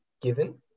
given